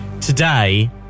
today